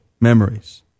memories